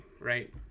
right